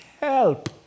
help